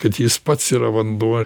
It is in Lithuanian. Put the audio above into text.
kad jis pats yra vanduo